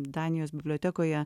danijos bibliotekoje